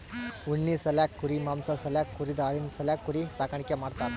ಉಣ್ಣಿ ಸಾಲ್ಯಾಕ್ ಕುರಿ ಮಾಂಸಾ ಸಾಲ್ಯಾಕ್ ಕುರಿದ್ ಹಾಲಿನ್ ಸಾಲ್ಯಾಕ್ ಕುರಿ ಸಾಕಾಣಿಕೆ ಮಾಡ್ತಾರಾ